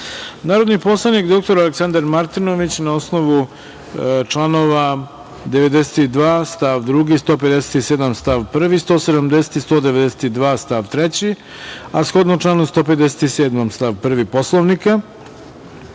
predlog. Narodni poslanik dr Aleksandar Martinović, na osnovu članova 92. stav 2, 157. stav 1, 170. i 192. stav 3, a shodno članu 157. stav 1. Poslovnika,